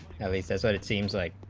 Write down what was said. at least as it it seems like